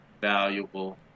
valuable